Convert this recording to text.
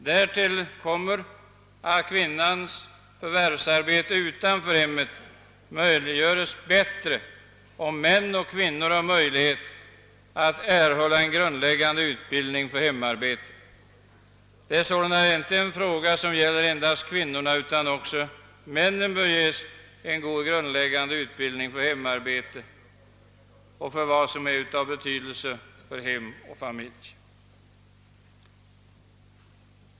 Därtill kommer att kvinnans förvärvsarbete utanför hemmet underlättas om män och kvinnor har möjlighet att erhålla en grundläggande utbildning för hemarbetet. Det är sålunda inte en fråga som gäller endast kvinnorna, utan även männen bör ges en grundläggande utbildning för hemarbete och för allt som är av betydelse för hem och familj.